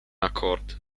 acord